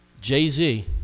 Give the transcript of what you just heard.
Jay-Z